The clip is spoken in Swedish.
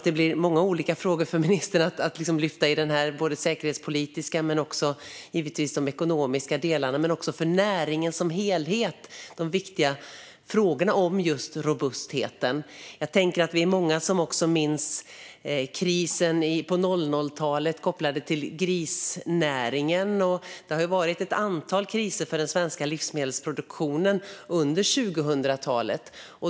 Det blir många olika frågor för ministern att besvara, både de säkerhetspolitiska och ekonomiska men också de för näringen som helhet viktiga frågorna om robustheten. Vi är många som också minns krisen på 00-talet kopplade till grisnäringen. Det har varit ett antal kriser för den svenska livsmedelsproduktionen under 2000-talet.